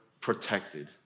protected